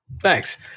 thanks